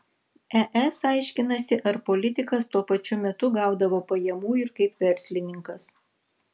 es aiškinasi ar politikas tuo pačiu metu gaudavo pajamų ir kaip verslininkas